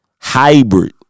Hybrid